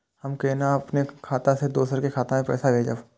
हम केना अपन खाता से दोसर के खाता में पैसा भेजब?